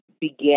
began